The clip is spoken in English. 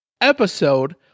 Episode